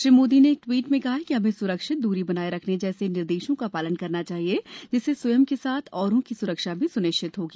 श्री मोदी ने एक ट्वीट में कहा कि हमें सुरक्षित दूरी बनाए रखने जैसे निर्देशों का पालन करना चाहिए जिससे स्वयं के साथ औरों की सुरक्षा भी सुनिश्चित होगी